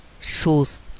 shoes